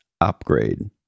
upgrade